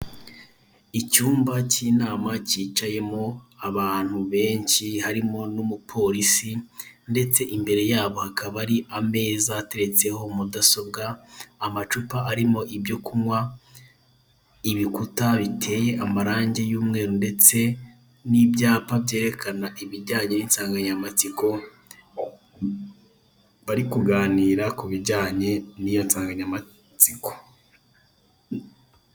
Icyumba cy'inama kicayemo abantu benshi harimo n'umupolisi ndetse imbere yabo hakaba ari ameza yateretseho mudasobwa, amacupa arimo ibyo kunywa, ibikuta biteye amarangi y'umweru ndetse n'ibyapa byerekana ibijyanye n'insanganyamatsiko, bari kuganira ku bijyanye n'iyo nsanganyamatsiko.